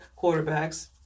quarterbacks